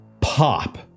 pop